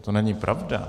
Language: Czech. To není pravda.